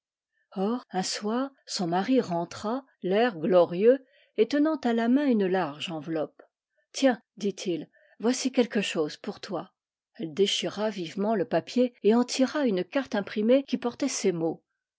or un soir son mari rentra l'air glorieux et tenant à la main une large enveloppe tiens dit-il voici quelque chose pour toi elle déchira vivement le papier et en tira une carte imprimée qui portait ces mots